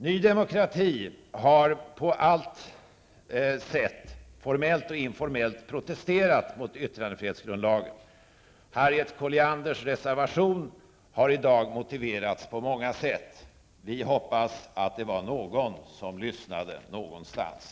Ny Demokrati har på allt sätt -- formellt och informellt -- protesterat mot yttrandefrihetsgrundlagen. Harriet Collianders reservation har i dag motiverats på många sätt. Vi hoppas att någon lyssnade någonstans.